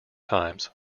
times